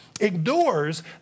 ignores